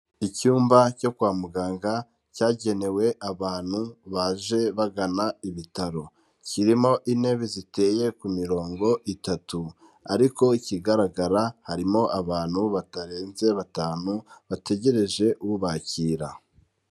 Icyumba cyo kwa muganga cyagenewe abantu baje bagana ibitaro, kirimo intebe ziteye ku mirongo itatu ariko ikigaragara harimo abantu batarenze batanu bategereje ubakira.